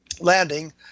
landing